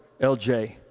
LJ